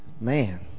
Man